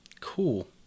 Cool